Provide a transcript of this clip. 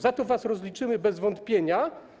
Za to was rozliczymy bez wątpienia.